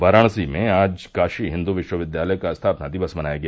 वाराणसी में आज काशी हिन्दू विश्वविद्यालय का स्थापना दिवस मनाया गया